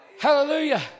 Hallelujah